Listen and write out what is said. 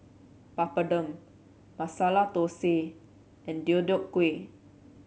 Papadum Masala Dosa and Deodeok Gui